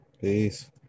peace